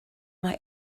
mae